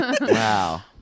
wow